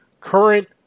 current